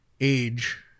age